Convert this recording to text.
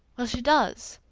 well, she does,